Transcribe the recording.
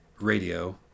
radio